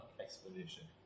explanation